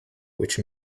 which